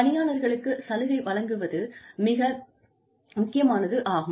பணியாளர்களுக்கு சலுகை வழங்குவது மிக முக்கியமானதாகும்